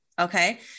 Okay